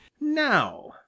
Now